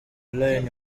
lion